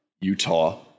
Utah